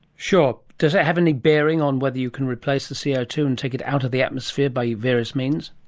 sure. does it have any bearing on whether you can replace the co ah two and take it out of the atmosphere by various means?